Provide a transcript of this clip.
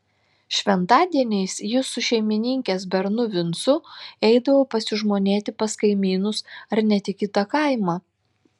šventadieniais jis su šeimininkės bernu vincu eidavo pasižmonėti pas kaimynus ar net į kitą kaimą